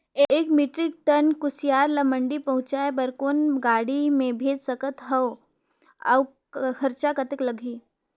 एक metric ton कुसियार ल मंडी पहुंचाय बर कौन गाड़ी मे भेज सकत हव अउ खरचा कतेक लगही?